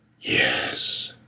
Yes